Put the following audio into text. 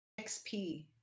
xp